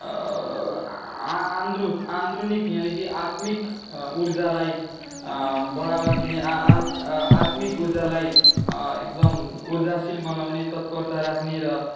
आ आन्द्रुक अंदुरूनी यानि कि आत्मिक ऊर्जालाई बढावा दिने आ आत् आत्मिक ऊर्जालाई एकदम ऊर्जाशील बनाउने तत्परता राख्ने र